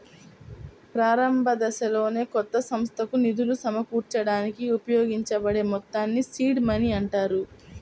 ప్రారంభదశలోనే కొత్త సంస్థకు నిధులు సమకూర్చడానికి ఉపయోగించబడే మొత్తాల్ని సీడ్ మనీ అంటారు